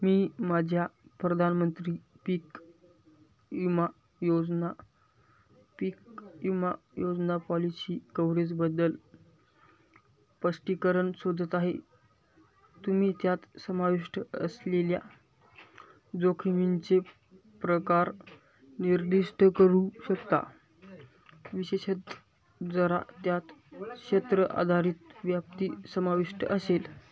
मी माझ्या प्रधानमंत्री पीक विमा योजना पीक विमा योजना पॉलिशी कव्हरेजबद्दल स्पष्टीकरण शोधत आहे तुम्ही त्यात समाविष्ट असलेल्या जोखमींचे प्रकार निर्दिष्ट करू शकता विशेषतः जरा त्यात क्षेत्र आधारित व्याप्ती समाविष्ट असेल